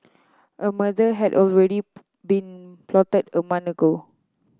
a murder had already been plotted a month ago